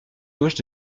gauche